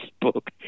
book